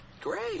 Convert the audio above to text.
Great